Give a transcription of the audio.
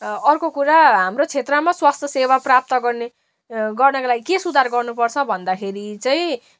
अर्को कुरा हाम्रो क्षेत्रमा स्वास्थ्य सेवा प्राप्त गर्ने गर्नको लागि के सुधार गर्नु पर्छ भन्दाखेरि चाहिँ